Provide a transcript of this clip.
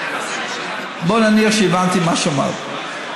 בואי נניח שהבנתי מה שאמרת.